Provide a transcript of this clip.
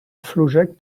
flaujac